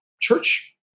church